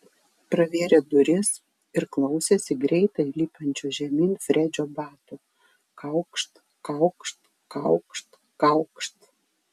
pravėrė duris ir klausėsi greitai lipančio žemyn fredžio batų kaukšt kaukšt kaukšt kaukšt